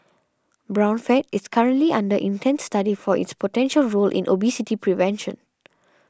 brown fat is currently under intense study for its potential role in obesity prevention